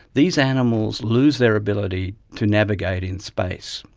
these animals lose their ability to navigate in space.